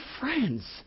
friends